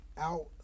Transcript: Out